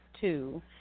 two